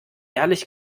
ehrlich